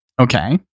Okay